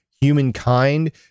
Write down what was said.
humankind